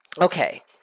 okay